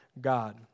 God